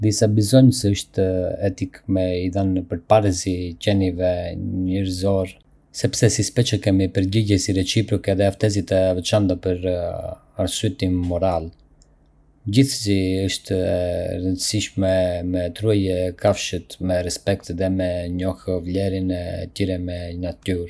Disa besojnë se është etike me i dhanë përparësi qenieve njerëzore, sepse si specie kemi përgjegjësi reciproke dhe aftësi të veçanta për arsyetim moral. Gjithsesi, është e rëndësishme me trajtue kafshët me respekt dhe me njohë vlerën e tyre në natyrë.